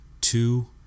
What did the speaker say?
two